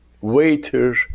waiter